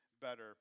better